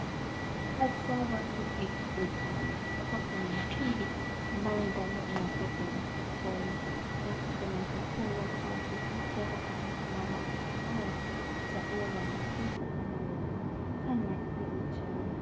Haswa watu huita uchawi. Hapa kuna mtungi ambayo ndani inatoka form . Na hapa kunaweza kuwa watu wa viti ama kuna wamama ambao haswa huwa wanacheza ama wanafanya hii uchawi.